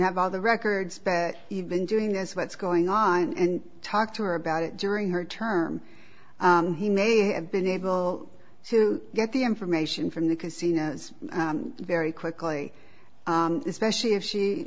have all the records that you've been doing this what's going on and talk to her about it during her term he may have been able to get the information from the casinos very quickly especially if she